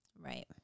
Right